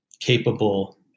capable